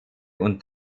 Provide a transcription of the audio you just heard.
und